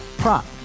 prop